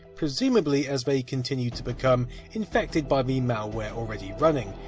presumably as they continued to become infected by the malware already running.